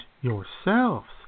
yourselves